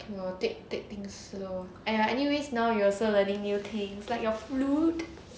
okay lor take take things slow !aiya! anyways now you also learning new things like your flute